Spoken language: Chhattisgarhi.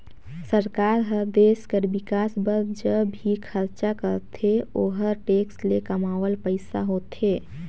सरकार हर देस कर बिकास बर ज भी खरचा करथे ओहर टेक्स ले कमावल पइसा होथे